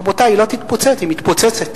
רבותי, היא לא תתפוצץ, היא מתפוצצת.